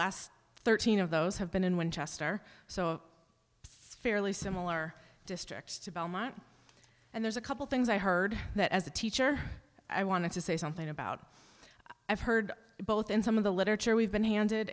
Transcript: last thirteen of those have been in winchester so fairly similar districts to belmont and there's a couple things i heard that as a teacher i wanted to say something about i've heard both in some of the literature we've been handed